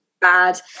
bad